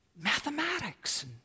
mathematics